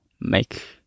make